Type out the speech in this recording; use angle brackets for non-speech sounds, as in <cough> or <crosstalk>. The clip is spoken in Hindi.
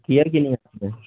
किया कि नहीं <unintelligible>